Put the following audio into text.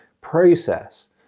process